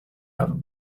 have